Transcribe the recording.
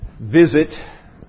visit